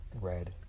Red